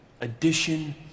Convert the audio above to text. addition